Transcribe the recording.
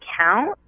account